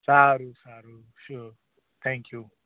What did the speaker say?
સારું સારું sure thank you